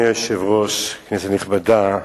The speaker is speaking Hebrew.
אדוני היושב-ראש, כנסת נכבדה,